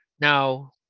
now